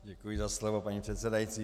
Děkuji za slovo, paní předsedající.